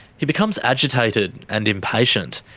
he becomes agitated and impatient,